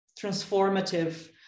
transformative